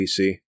PC